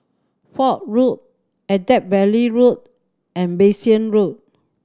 Fort Road Attap Valley Road and Bassein Road